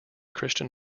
christian